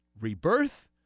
Rebirth